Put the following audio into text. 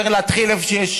צריך להתחיל איפה שיש